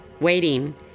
Waiting